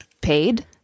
paid